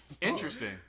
Interesting